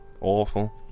awful